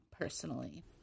personally